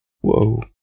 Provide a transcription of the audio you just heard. whoa